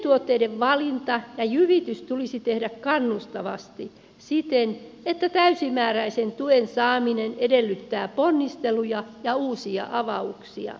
vientituotteiden valinta ja jyvitys tulisi tehdä kannustavasti siten että täysimääräisen tuen saaminen edellyttää ponnisteluja ja uusia avauksia